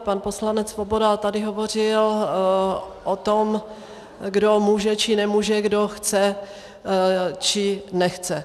Pan poslanec Svoboda tady hovořil o tom, kdo může, či nemůže, kdo chce, či nechce.